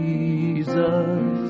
Jesus